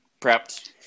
prepped